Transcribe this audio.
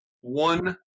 one